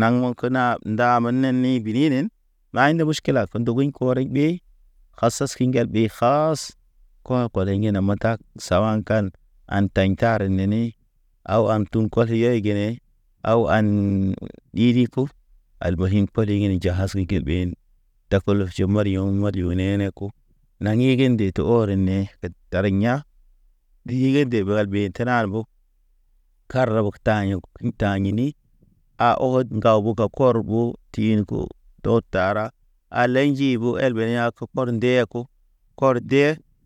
Naŋ mə kəna ndamen nen ni bininen, maɲ nde muʃkila, kondogin korḛŋ ɓe, kasas kiŋgal ɓe khas, kuwan koleyene matak. Sawakan antaɲ nini, a antum kɔlɔ yai gene, Aw an ɗiɗi kub, al bɔyim poli genen jahas i kel behen. Dakolo jo mɔri ɔŋ modi yoŋ nene ko, naŋgi gi nde to. To ɔre ne tar ya̰, ɗi ge de ɓal ɓe te nan mbo, Kara ug taɲ u taɲini, a od ŋgaw ɓuga kɔr ɓo, tihin ko to tara. Alay nji ɓo el bene a kekɔr ndeya ko kɔr de.